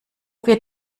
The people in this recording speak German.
wird